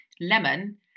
Lemon